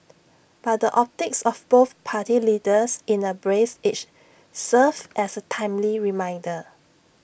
but the optics of both party leaders in A brace each serves as A timely reminder